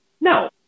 no